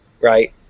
right